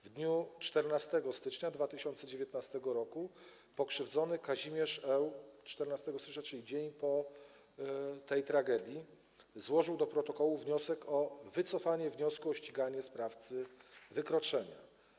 W dniu 14 stycznia 2019 r. pokrzywdzony Kazimierz Ł. - 14 stycznia, czyli dzień po tej tragedii - złożył do protokołu wniosek o wycofanie wniosku o ściganie sprawcy wykroczenia.